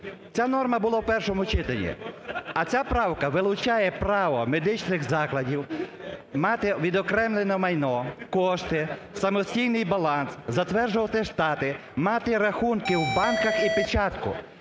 Ця норма була в першому читанні. А ця правка вилучає право медичних закладів мати відокремлене майно, кошти, самостійний баланс, затверджувати штати, мати рахунки в банках і печатку.